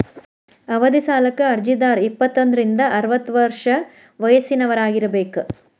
ಅವಧಿ ಸಾಲಕ್ಕ ಅರ್ಜಿದಾರ ಇಪ್ಪತ್ತೋಂದ್ರಿಂದ ಅರವತ್ತ ವರ್ಷ ವಯಸ್ಸಿನವರಾಗಿರಬೇಕ